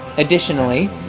additionally,